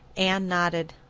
anne nodded.